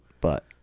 But-